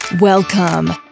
Welcome